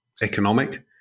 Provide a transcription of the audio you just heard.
economic